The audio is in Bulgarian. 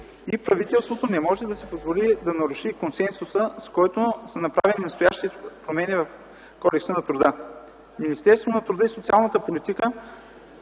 и правителството не може да си позволи да наруши консенсуса, с който са направени настоящите промени в Кодекса на труда. Министерството на труда и социалната политика